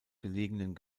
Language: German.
gelegenen